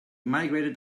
migrated